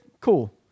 Cool